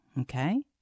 okay